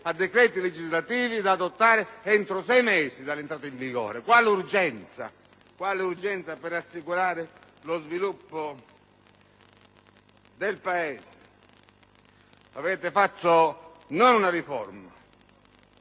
a decreti legislativi da adottare entro sei mesi dall'entrata in vigore della legge. Quale urgenza per assicurare lo sviluppo del Paese! Non avete fatto una riforma: